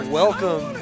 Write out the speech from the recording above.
welcome